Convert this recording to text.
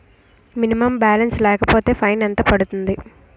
Minimum balance లేకపోతే fine ఎంత పడుతుంది?